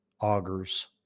augers